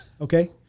Okay